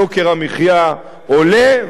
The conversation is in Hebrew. יוקר המחיה עולה,